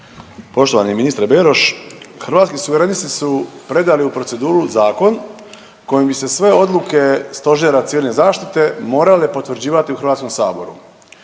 Poštovani ministre Beroš, Hrvatski suverenisti su predali u proceduru zakon kojim bi se sve odluke stožera civilne zaštite morale potvrđivati u HS. Složit